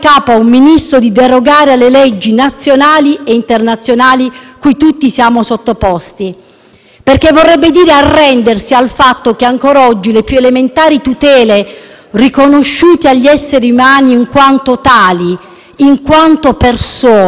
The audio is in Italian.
perché ciò vorrebbe dire arrendersi al fatto che, ancora oggi, le più elementari tutele riconosciute agli esseri umani in quanto tali e in quanto persone possono essere calpestate, travolgendo la libertà e la dignità